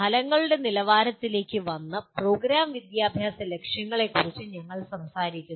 ഫലങ്ങളുടെ നിലവാരത്തിലേക്ക് വന്ന് പ്രോഗ്രാം വിദ്യാഭ്യാസ ലക്ഷ്യങ്ങളെക്കുറിച്ച് ഞങ്ങൾ സംസാരിക്കുന്നു